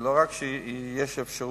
ולא רק שיש אפשרות,